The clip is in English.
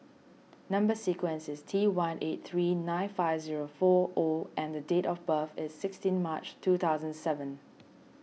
Number Sequence is T one eight three nine five zero four O and the date of birth is sixteen March two thousand seven